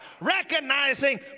recognizing